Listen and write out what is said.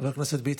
חבר הכנסת ביטן.